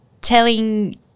telling